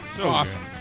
Awesome